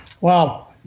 Wow